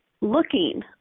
looking